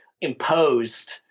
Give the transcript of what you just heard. Imposed